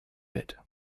bit